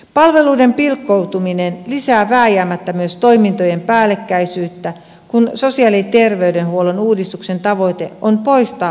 palveluiden pilkkoutuminen lisää vääjäämättä myös toimintojen päällekkäisyyttä kun sosiaali ja terveydenhuollon uudistuksen tavoite on poistaa päällekkäisyyttä